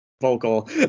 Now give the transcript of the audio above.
vocal